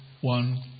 one